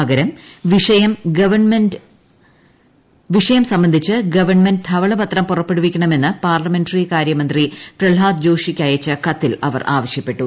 പകരം വിഷയം സംബന്ധിച്ച് ഗവൺമെന്റ് ധവളപത്രം പുറപ്പെടുവിക്കണമെന്ന് പാർലമെന്ററി കാര്യമന്ത്രി പ്രിഹ്ളാദ് ജോഷിയ്ക്കയച്ചു കത്തിൽ അവർ ആവശ്യപ്പെട്ടു